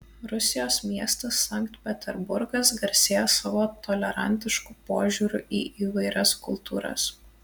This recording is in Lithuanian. rusijos miestas sankt peterburgas garsėja savo tolerantišku požiūriu į įvairias kultūras